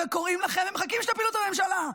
וקוראים לכם ומחכים שתפילו את הממשלה.